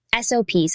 SOPs